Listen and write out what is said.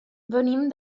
venim